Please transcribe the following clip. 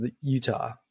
Utah